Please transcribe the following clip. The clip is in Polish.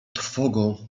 trwogą